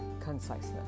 conciseness